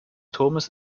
turmes